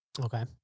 Okay